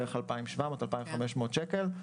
בערך 2,500 או 2,700 שקל,